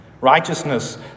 Righteousness